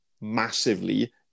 massively